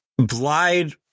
Blyde